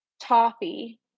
toffee